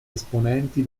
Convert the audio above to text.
esponenti